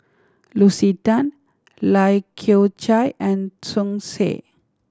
Lucy Tan Lai Kew Chai and Tsung Yeh